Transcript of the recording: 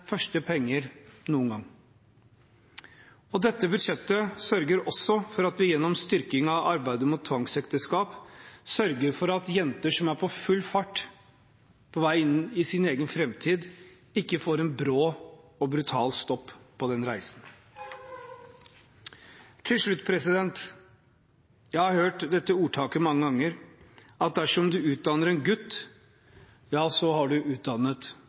første penger noen gang. Dette budsjettet sørger også for at vi gjennom styrking av arbeidet mot tvangsekteskap sørger for at jenter som med full fart er på vei inn i sin egen framtid, ikke får en brå og brutal stopp på den reisen. Til slutt: Jeg har hørt dette ordtaket mange ganger: Dersom du utdanner en gutt, har du utdannet